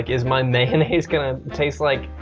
is my mayonnaise gonna taste like